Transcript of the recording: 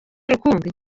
rukumbi